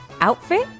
outfit